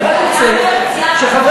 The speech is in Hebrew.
אני רק רוצה שידעו.